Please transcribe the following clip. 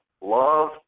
love